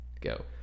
go